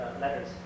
letters